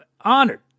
honored